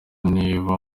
niba